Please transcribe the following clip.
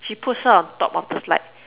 she push her on top of the slide